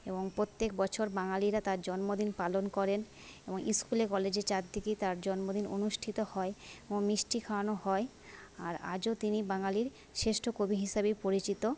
এবং প্রত্যেক বছর বাঙালিরা তার জন্মদিন পালন করেন এবং স্কুলে কলেজে চারদিকেই তার জন্মদিন অনুষ্ঠিত হয় এবং মিষ্টি খাওয়ানো হয় আর আজও তিনি বাঙালির শ্রেষ্ঠ কবি হিসাবেই পরিচিত